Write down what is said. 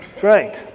Great